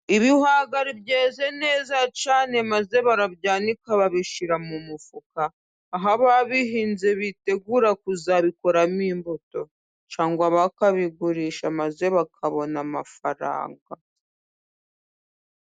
Ibihwagari byeje neza cyane maze barabyanika babishyira mu mufuka. Aho ababihinze bitegura kuzabikoramo imbuto cyangwa bakabigurisha maze bakabona amafaranga.